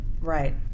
Right